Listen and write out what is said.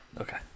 Okay